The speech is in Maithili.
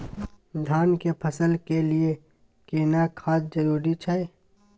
धान के फसल के लिये केना खाद जरूरी छै?